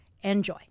enjoy